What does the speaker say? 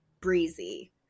breezy